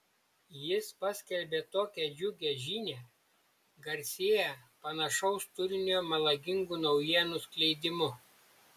jis paskelbė tokią džiugią žinią garsėja panašaus turinio melagingų naujienų skleidimu